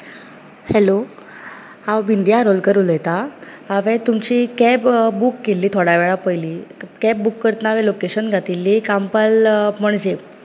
hello हांव बिंदीया आरोलकर उलयतां हांवेन तुमची कॅब बूक केल्ली थोड्या वेळा पयलीं कॅब बूक करताना हांवेन लॉकेशन घातिल्ली कांपाल पणजे